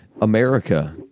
America